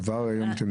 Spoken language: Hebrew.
כבר היום אתם יודעים?